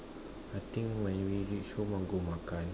I think when we reach home I want go makan